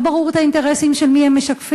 לא ברור את האינטרסים של מי הם משקפים,